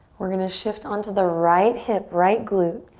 we're gonna shift onto the right hip, right glute.